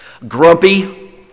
grumpy